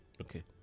okay